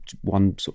one